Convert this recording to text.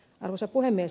arvoisa puhemies